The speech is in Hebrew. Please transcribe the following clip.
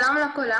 שלום לכולם.